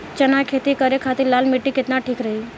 चना के खेती करे के खातिर लाल मिट्टी केतना ठीक रही?